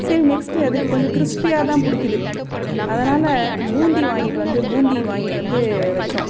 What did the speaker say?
சரி நெக்ஸ்ட்டு அதுக்கு கொஞ்சம் கிரிஸ்பியாக தான் பிடிக்கிது அதனால் பூந்தி வாங்கிகிட்டு வந்து பூந்தி வாங்கிகிட்டு வந்து வைச்சோம்